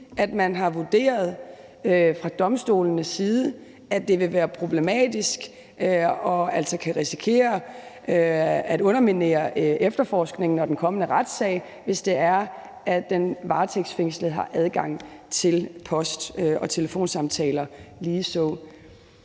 man har vurderet fra domstolenes side, at det vil være problematisk og altså kan risikere at underminere efterforskningen og den kommende retssag, hvis den varetægtsfængslede har adgang til post og telefonsamtaler.